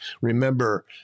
remember